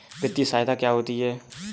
वित्तीय सहायता क्या होती है?